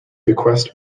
bequest